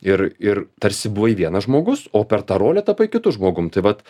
ir ir tarsi buvai vienas žmogus o per tą rolę tapai kitu žmogum tai vat